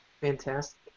Fantastic